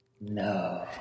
No